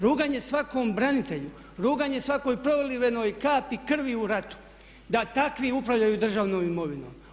Ruganje svakom branitelju, ruganje svakoj prolivenoj kapi krvi u ratu, da takvi upravljaju državnom imovinom.